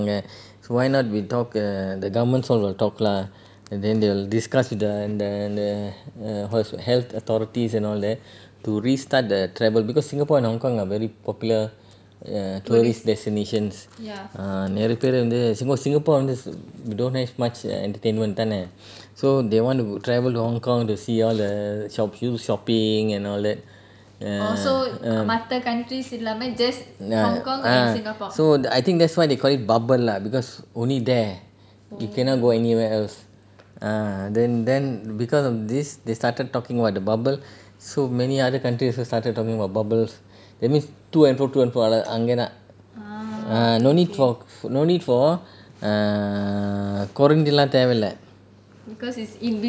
I err understand very depressing lah பாவம்:paavam and then err anyway okay coming back to the travel part ah ah because hong kong and singapore the cases வந்து ரொம்ப லோ வா வந்துச்சு தானே:vanthu romba low vaa vanthuchu thane so the the they the I think somebody started the i~ the idea கொடுத்தாங்க:koduthaanga so why not we talk err the government sort of talk lah and they will discuss with the the the err how to sp~ health authorities and all that to restart the travel because singapore and hong kong are very popular err tourist destinations ah நெருக்கம் வந்து:nerukam vanthu singapore on this we don't have much entertainment தானே:thane so they want to travel to hong kong to see all the shops do shopping and all that err err ya ah so I think that's why they call it bubble lah because only there you cannot go anywhere else ah then then because of this they started talking what the bubble so many other countries started talking about bubbles that means to and fro to and fro like அங்க தான்:anga thaan ah no need for f~ no need for ah கொறஞ்சு தான் தேவை இல்ல:koranchu thaan thevai illa